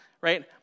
right